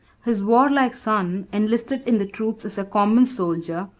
his warlike son enlisted in the troops as a common soldier,